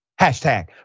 hashtag